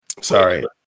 sorry